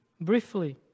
briefly